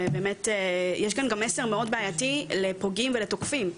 יש פה גם מסר מאוד בעייתי לפוגעים ולתוקפים.